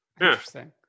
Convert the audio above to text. Interesting